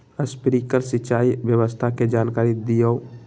Sprinkler सिंचाई व्यवस्था के जाकारी दिऔ?